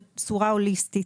בצורה הוליסטית.